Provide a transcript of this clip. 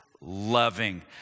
loving